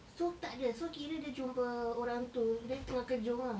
so tak ada so kira dia jumpa orang tu dia tengah kejung ah